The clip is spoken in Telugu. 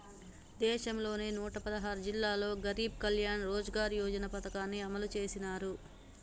దేశంలోని నూట పదహారు జిల్లాల్లో గరీబ్ కళ్యాణ్ రోజ్గార్ యోజన పథకాన్ని అమలు చేసినారు